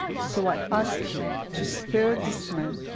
so i ask you to spare this man,